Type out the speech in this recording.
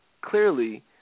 clearly